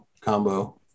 combo